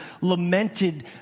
lamented